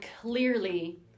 clearly